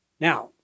Now